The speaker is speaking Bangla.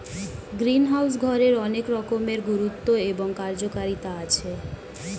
গ্রিনহাউস ঘরের অনেক রকমের গুরুত্ব এবং কার্যকারিতা আছে